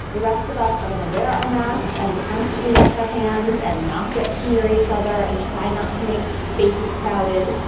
the rest of us are going to wear our masks and constantly wash our hands and not get too near each other and try not to make spaces crowded,